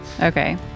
Okay